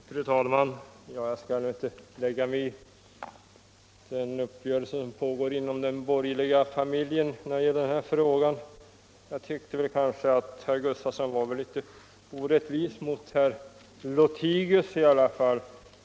anslagsbehov Fru talman. Jag borde väl inte lägga mig i den uppgörelse som här pågår inom den borgerliga familjen, men jag tyckte nog att herr Sven Gustafson i Göteborg var litet orättvis mot herr Lothigius.